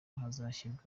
hazashyirwa